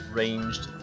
ranged